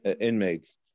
inmates